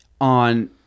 on